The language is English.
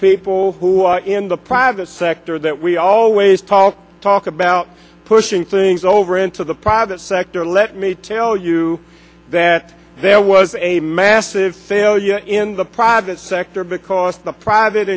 people who are in the private sector that we always call talk about pushing things over into the private sector let me tell you that there was a massive failure in the private sector because the private